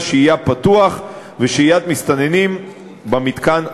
שהייה פתוח ושהיית מסתננים במתקן כאמור.